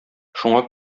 шуңа